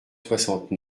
soixante